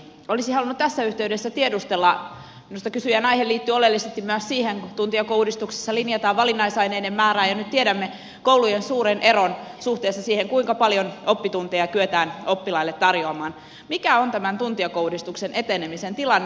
olisin halunnut tässä yhteydessä tiedustella minusta kysyjän aihe liittyy oleellisesti myös siihen kun tuntijakouudistuksessa linjataan valinnaisaineiden määrää ja nyt tiedämme koulujen suuren eron suhteessa siihen kuinka paljon oppitunteja kyetään oppilaille tarjoamaan mikä on tämän tuntijakouudistuksen etenemisen tilanne